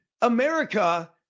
America